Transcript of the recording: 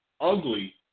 ugly